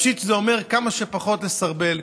לפשט אומר כמה שפחות לסרבל,